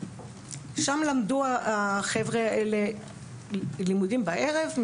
שם למדו החבר'ה לימודים בערב,